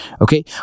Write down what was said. okay